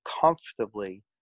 comfortably